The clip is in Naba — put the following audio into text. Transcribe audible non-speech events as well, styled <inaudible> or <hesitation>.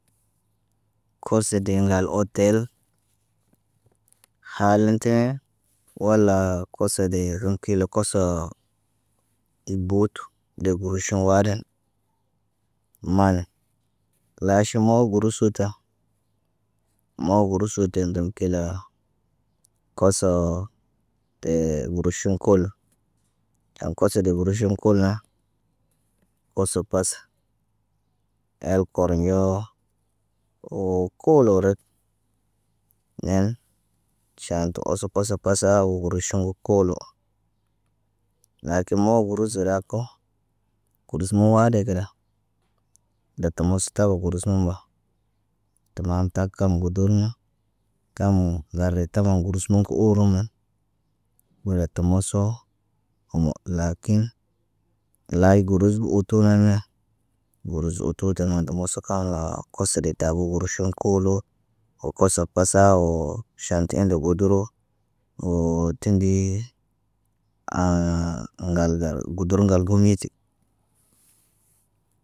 Kosede ŋgal otel haltine wala kosede rəŋg kila koso. Deb buut, deb ga wuʃun waaden. Maane, laaʃim moo gurusu ta. Moo gurusu dee den kela. Koso tee guruʃuŋg kuul. Kam koso deb guruʃum kul na, oso pas el koornɟoo woo koolo rek neen ʃaan tə oso poso pəsa wo guruʃuŋg koolo. Lakin moo gurusu raako, gurus mowaade gəda. Dək tə mustaabə gurus mum ba. Tumam taak kam gudurna. Kam ŋgar re taman gurus mom kə oorom na. Wiletə mosoo wo mo laakin laay gurusbu utu naane. Gurus utu tə naŋg mos kaaŋga koso de tabo guruʃuŋg koolo. Woo koso kusaa woo, ʃaantə indi guduru. Woo tindii, <hesitation> ŋgal gal guduru ŋgal gumyiti.